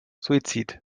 suizid